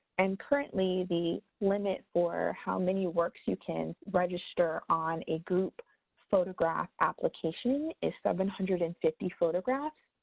and currently the limit for how many works you can register on a group photograph application is seven hundred and fifty photographs.